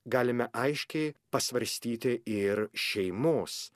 galime aiškiai pasvarstyti ir šeimos